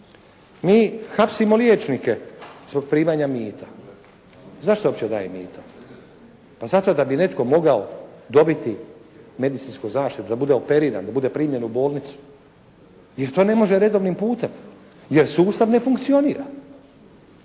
Mi hapsimo liječnike zbog primanja mita. Zašto uopće daje mito? Pa zato da bi netko mogao dobiti medicinsku zaštitu, da bude operiran, da bude primljen u bolnicu jer to ne može redovnim putem, jer sustav ne funkcionira.